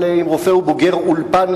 אבל אם רופא הוא בוגר אולפן,